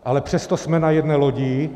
Ale přesto jsme na jedné lodi.